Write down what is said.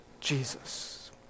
Jesus